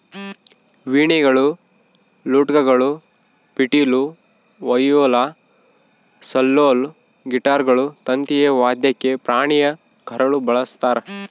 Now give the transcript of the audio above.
ವೀಣೆಗಳು ಲೂಟ್ಗಳು ಪಿಟೀಲು ವಯೋಲಾ ಸೆಲ್ಲೋಲ್ ಗಿಟಾರ್ಗಳು ತಂತಿಯ ವಾದ್ಯಕ್ಕೆ ಪ್ರಾಣಿಯ ಕರಳು ಬಳಸ್ತಾರ